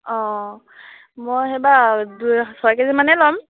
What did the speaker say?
অঁ মই সেইবাৰ দু ছয় কেজিমানে ল'ম